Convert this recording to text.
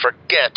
forget